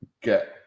get